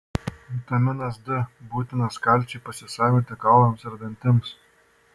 vitaminas d būtinas kalciui pasisavinti kaulams ir dantims